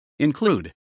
include